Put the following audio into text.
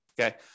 Okay